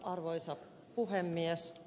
arvoisa puhemies